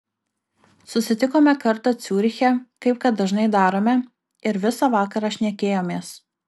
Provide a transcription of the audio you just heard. susitikome kartą ciuriche kaip kad dažnai darome ir visą vakarą šnekėjomės